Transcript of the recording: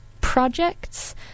projects